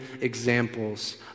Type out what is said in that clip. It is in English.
examples